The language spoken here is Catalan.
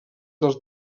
del